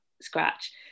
scratch